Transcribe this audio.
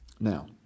Now